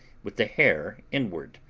with the hair inward,